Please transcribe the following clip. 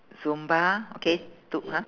zumba okay two !huh!